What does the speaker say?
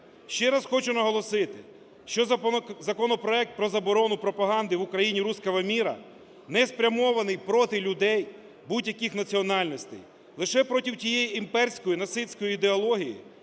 Ще раз хочу наголосити, що законопроект про заборону пропаганди в Україні "русского мира" не спрямований проти людей будь-яких національностей, лише проти тієї імперської, нацистської ідеології,